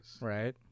Right